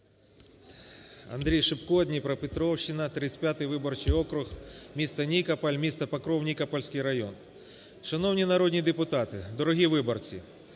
АндрійШипко, Дніпропетровщина, 35 виборчий округ, місто Нікополь, місто Покров, Нікопольський район. Шановні народні депутати, дорогі виборці!